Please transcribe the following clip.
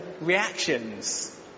reactions